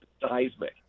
seismic